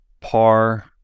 par